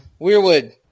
weirwood